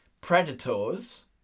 Predators